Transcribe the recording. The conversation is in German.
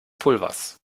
pulvers